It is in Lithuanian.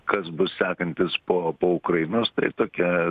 kas bus sekantis po po ukrainos tai tokia